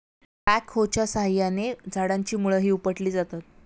बॅकहोच्या साहाय्याने झाडाची मुळंही उपटली जातात